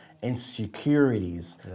insecurities